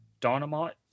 Dynamite